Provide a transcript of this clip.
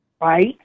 right